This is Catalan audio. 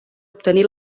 obtenir